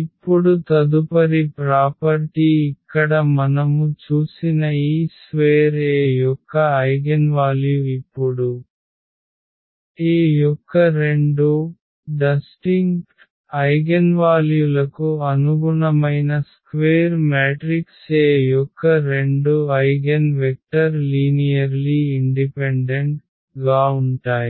ఇప్పుడు తదుపరి ప్రాపర్టీ ఇక్కడ మనము చూసిన ఈ స్వేర్ A యొక్క ఐగెన్వాల్యు ఇప్పుడు A యొక్క రెండు విభిన్న ఐగెన్వాల్యులకు అనుగుణమైన స్క్వేర్ మాత్రిక A యొక్క రెండు ఐగెన్ వెక్టర్ సరళంగా స్వతంత్రం గా ఉంటాయి